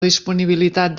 disponibilitat